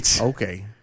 Okay